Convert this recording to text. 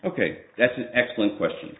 ok that's an excellent question